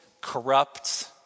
corrupt